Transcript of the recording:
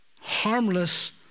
harmless